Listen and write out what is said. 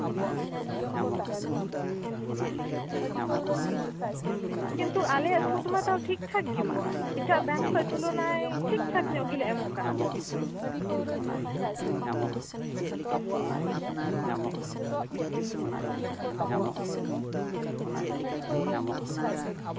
ᱠᱤᱱᱛᱩ ᱟᱞᱮᱭᱟᱜ ᱥᱩᱫᱽ ᱢᱟᱛᱚ ᱴᱷᱤᱠᱼᱴᱷᱟᱠ ᱜᱮᱢᱟ ᱮᱴᱟᱜ ᱵᱮᱝᱠ ᱠᱷᱚᱡ ᱛᱩᱞᱚᱱᱟᱭ ᱴᱷᱤᱠᱼᱴᱷᱟᱠ ᱧᱚᱜ ᱜᱮᱞᱮ ᱮᱢᱚᱜ ᱠᱟᱱᱟ